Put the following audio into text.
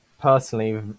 personally